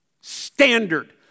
standard